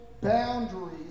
boundaries